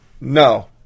No